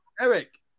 Eric